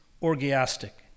orgiastic